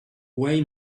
way